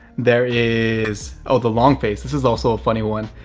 there is. oh, the long face. this is also a funny one.